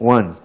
One